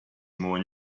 more